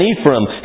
Ephraim